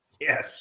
Yes